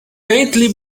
faintly